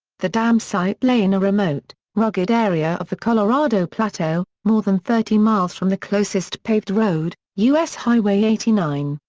the dam site lay in a remote, rugged area of the colorado plateau, more than thirty miles from the closest paved road, u s. highway eighty nine,